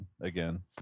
again